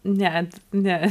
net ne